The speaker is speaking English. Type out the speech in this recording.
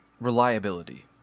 reliability